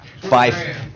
five –